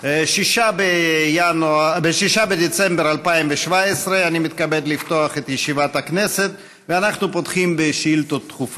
השר לוין ישיב בשמו של שר הבריאות, משרד הבריאות.